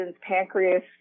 pancreas